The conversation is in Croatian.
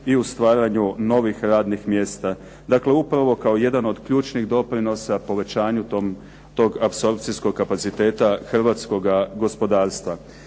i u stvaranju novih radnih mjesta, dakle upravo kao jedan od ključnih doprinosa povećanju tog apsorpcijskog kapaciteta hrvatskoga gospodarstva.